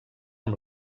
amb